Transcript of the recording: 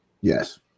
Yes